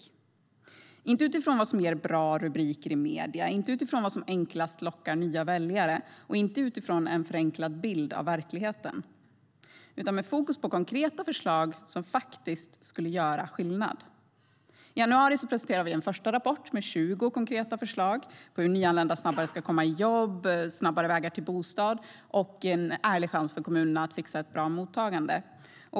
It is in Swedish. Vi har inte gjort det utifrån från vad som ger bra rubriker i medierna, vad som enklast lockar nya väljare eller en förenklad bild av verkligheten. Fokus har legat på konkreta förslag som faktiskt skulle göra skillnad. I januari presenterade vi en första rapport med 20 konkreta förslag om hur nyanlända snabbare ska kunna komma i jobb, om snabbare vägar till bostad och om en ärlig chans för kommunerna att fixa ett bra mottagande.